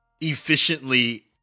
efficiently